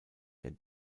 der